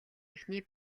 эхний